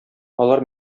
алар